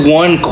one